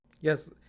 Yes